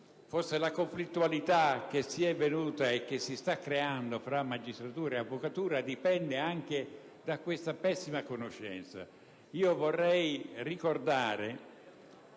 Forse la conflittualità che si è venuta a creare e che si sta creando tra magistratura e avvocatura dipende anche da questa pessima conoscenza.